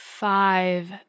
Five